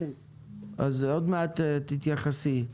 עוד מעט תתייחסי.